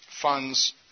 funds